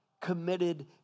committed